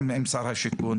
גם עם שר השיכון,